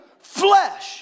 Flesh